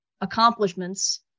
accomplishments